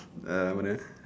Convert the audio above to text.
uh what else